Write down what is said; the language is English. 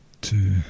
two